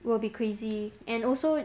will be crazy and also